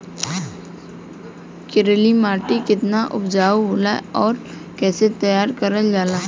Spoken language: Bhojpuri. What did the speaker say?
करेली माटी कितना उपजाऊ होला और कैसे तैयार करल जाला?